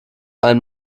ein